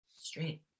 straight